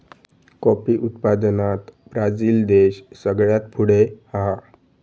coffee उत्पादनात Brazil देश सगळ्यात पुढे हा